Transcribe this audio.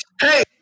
Hey